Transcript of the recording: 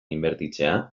inbertitzea